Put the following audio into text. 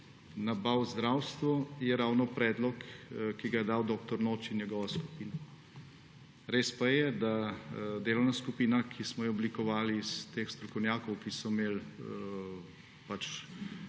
nabav v zdravstvu, je ravno predlog, ki ga je dal dr. Noč in njegova skupina. Res pa je, da delovna skupina, ki smo jo oblikovali iz teh strokovnjakov, ki so imeli iz